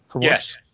Yes